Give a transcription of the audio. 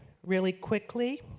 really quickly,